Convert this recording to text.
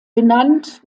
benannt